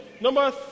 Number